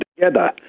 together